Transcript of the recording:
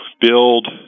build